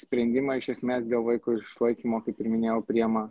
sprendimą iš esmės dėl vaiko išlaikymo kaip ir minėjau priima